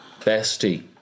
Bestie